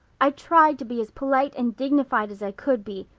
i tried to be as polite and dignified as i could be,